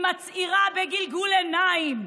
היא מצהירה בגלגול עיניים.